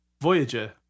Voyager